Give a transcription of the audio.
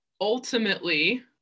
ultimately